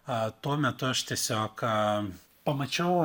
a tuo metu aš tiesiog a pamačiau